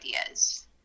ideas